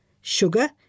sugar